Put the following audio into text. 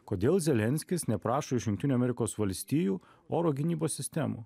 kodėl zelenskis neprašo iš jungtinių amerikos valstijų oro gynybos sistemų